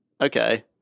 Okay